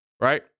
right